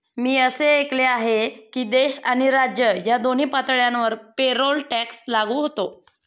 मी असे ऐकले आहे की देश आणि राज्य या दोन्ही पातळ्यांवर पेरोल टॅक्स लागू होतो